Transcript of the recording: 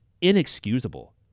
inexcusable